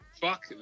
Fuck